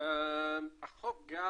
החוק גם